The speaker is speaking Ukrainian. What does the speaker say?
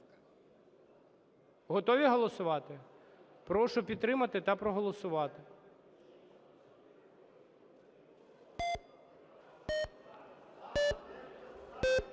Готові голосувати? Прошу підтримати та проголосувати.